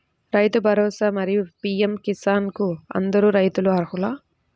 రైతు భరోసా, మరియు పీ.ఎం కిసాన్ కు అందరు రైతులు అర్హులా?